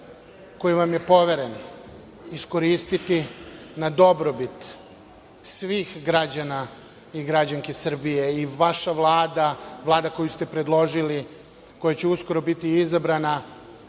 koji vam je poveren iskoristiti na dobrobit svih građana i građanki Srbije. Vaša Vlada, Vlada koju ste predložili, koja će uskoro biti izabrana